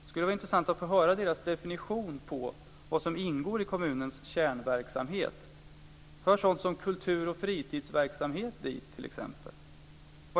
Det skulle vara intressant att få höra deras definition på vad som ingår i kommunens kärnverksamhet. Hör sådant som kultur och fritidsverksamhet dit t.ex.?